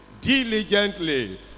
diligently